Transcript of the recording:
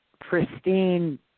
pristine